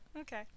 Okay